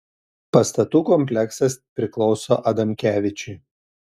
pastatų kompleksas priklauso adamkevičiui